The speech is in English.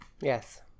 Yes